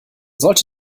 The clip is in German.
sollte